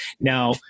Now